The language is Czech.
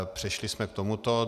Přešli jsme k tomuto.